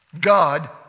God